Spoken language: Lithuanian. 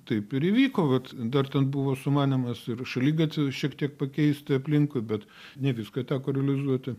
taip ir įvyko vat dar ten buvo sumanymas ir šaligatvį šiek tiek pakeisti aplinkui bet ne viską teko realizuoti